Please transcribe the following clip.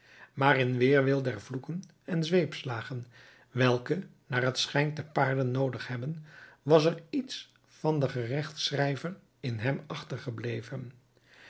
maar in weerwil der vloeken en zweepslagen welke naar t schijnt de paarden noodig hebben was er iets van den gerechtsschrijver in hem achtergebleven